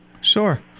Sure